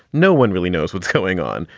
no one really knows what's going on.